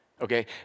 okay